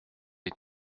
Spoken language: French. les